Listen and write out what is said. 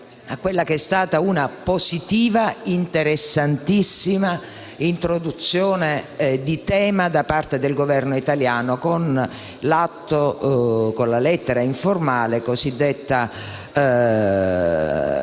a quella che è stata una positiva e interessantissima introduzione di tema da parte del Governo italiano, con la lettera informale avente